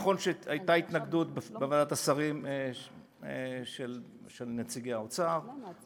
נכון שהייתה התנגדות של נציגי האוצר בוועדת השרים,